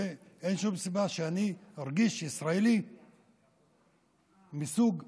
אין שום סיבה שאני ארגיש ישראלי מסוג ב'